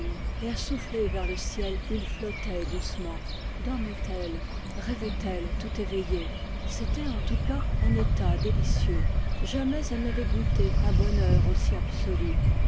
et à souffler vers le ciel où ils flottaient doucement dormait elle rêvait elle tout éveillée c'était en tout cas un état délicieux jamais elle n'avait goûté un bonheur aussi absolu